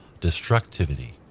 destructivity